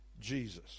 Jesus